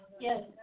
Yes